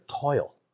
toil